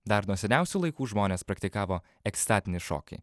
dar nuo seniausių laikų žmonės praktikavo ekstatinį šokį